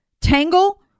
Tangle